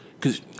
Cause